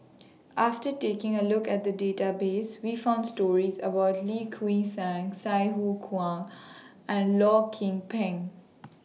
after taking A Look At The Database We found stories about Lim Kuan Sai Sai Hua Kuan and Loh Kim Peng